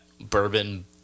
bourbon